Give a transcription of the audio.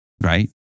right